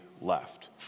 left